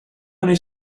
many